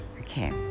Okay